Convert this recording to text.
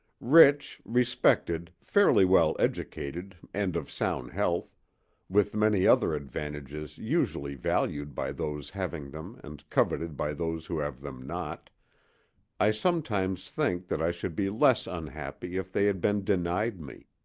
rich, respected, fairly well educated and of sound health with many other advantages usually valued by those having them and coveted by those who have them not i sometimes think that i should be less unhappy if they had been denied me,